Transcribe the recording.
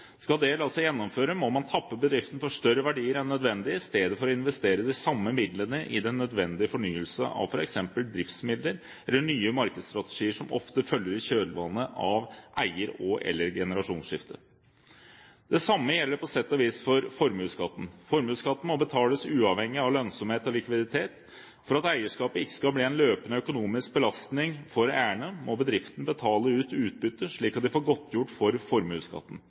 Skal det la seg gjennomføre, må man tappe bedriften for større verdier enn nødvendig i stedet for å investere de samme midlene i den nødvendige fornyelse av f.eks. driftsmidler eller nye markedsstrategier, som ofte følger i kjølvannet av eier- og/eller generasjonsskifte. Det samme gjelder på sett og vis for formuesskatten. Formuesskatten må betales uavhengig av lønnsomhet og likviditet. For at eierskapet ikke skal bli en løpende økonomisk belastning for eierne, må bedriften betale ut utbytte, slik at de får godtgjort for formuesskatten.